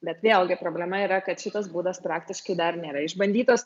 bet vėlgi problema yra kad šitas būdas praktiškai dar nėra išbandytas